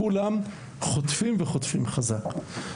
כולם חוטפים, וחוטפים חזק.